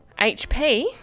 HP